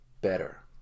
better